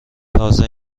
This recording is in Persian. تازه